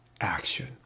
action